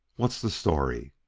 what's the story